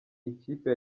ikipe